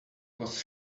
was